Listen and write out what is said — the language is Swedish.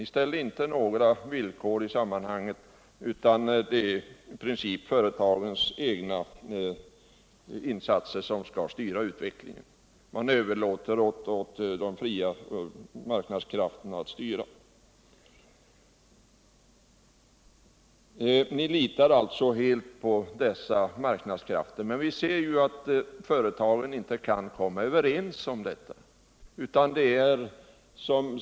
Ni ställer inte upp några villkor i sammanhanget, utan det är i princip företagens egna insatser som skall styra utvecklingen. Ni överlåter åt de fria marknadskrafterna att styra och litar alltså helt på dessa marknadskrafter, trots att ni ser att företagen inte kan komma överens i samband med de här frågorna.